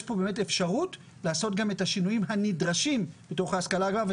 יש פה באמת אפשרות לעשות גם את השינויים הנדרשים בתוך ההשכלה הגבוהה,